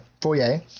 foyer